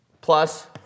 Plus